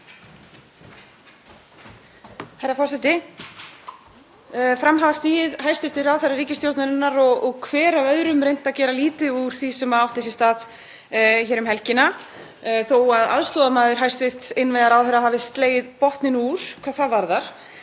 Herra forseti. Fram hafa stigið hæstv. ráðherrar ríkisstjórnarinnar og hver af öðrum reynt að gera lítið úr því sem átti sér stað um helgina þó að aðstoðarmaður hæstv. innviðaráðherra hafi slegið botninn úr hvað það varðar.